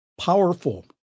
powerful